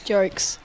Jokes